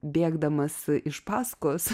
bėgdamas iš paskos